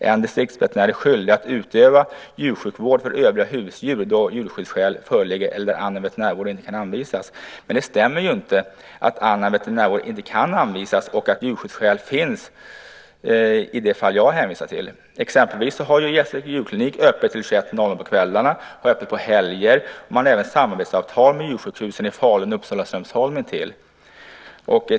En distriktsveterinär är skyldig att utöva djursjukvård för övriga husdjur då djurskyddsskäl föreligger eller där annan veterinärvård inte kan anvisas. Men det stämmer ju inte att annan veterinärvård inte kan anvisas och att djurskyddsskäl finns i det fall jag hänvisar till. Gästrike djurklinik har till exempel öppet till 21.00 på kvällarna och öppet på helger. Man har även samarbetsavtal med djursjukhusen i Falun, Uppsala och Strömsholm.